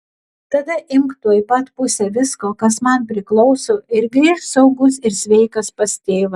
tada imk tuoj pat pusę visko kas man priklauso ir grįžk saugus ir sveikas pas tėvą